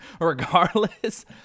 regardless